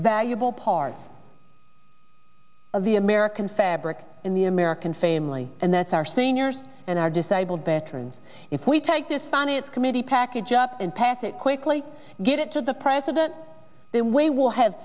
valuable parts of the american fabric in the american family and that's our seniors and our disabled veterans if we take this senate committee package up and pass it quickly get it to the president then we will have